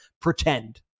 pretend